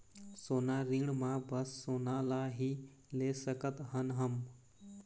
सोना ऋण मा बस सोना ला ही ले सकत हन हम?